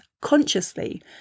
consciously